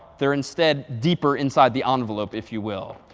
there instead deeper inside the envelope, if you will.